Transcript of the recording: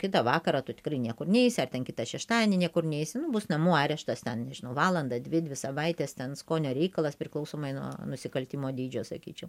kitą vakarą tu tikrai niekur neisi ar ten kitą šeštadienį niekur neisi nu bus namų areštas ten nežinau valandą dvi dvi savaites ten skonio reikalas priklausomai nuo nusikaltimo dydžio sakyčiau